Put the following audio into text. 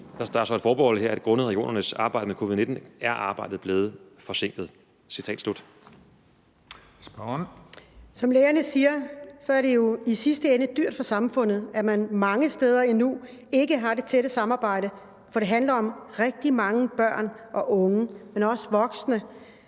Den fg. formand (Christian Juhl): Spørgeren. Kl. 17:31 Liselott Blixt (DF): Som lægerne siger, er det jo i sidste ende dyrt for samfundet, at man mange steder endnu ikke har det tætte samarbejde, for det handler om rigtig mange børn og unge, men også voksne,